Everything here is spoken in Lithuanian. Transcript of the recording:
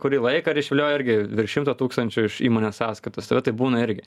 kurį laiką ir išviliojo irgi virš šimto tūkstančių iš įmonės sąskaitos tai vat taip būna irgi